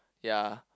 ya